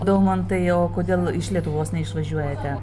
daumantai o kodėl iš lietuvos neišvažiuojate